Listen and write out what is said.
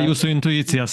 jūsų intuicijas